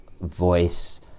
voice